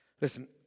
Listen